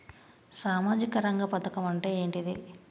సామాజిక రంగ పథకం అంటే ఏంటిది?